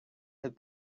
had